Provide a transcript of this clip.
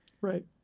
Right